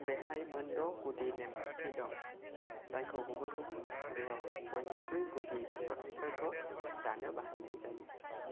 बेहाय मोनद' गुदि नेमखानथि दं जायखौ गुबुन गुबुन थासारियाव बयनिख्रुइ गुदि जथाइफोरखौ दानो बाहायनाय जायो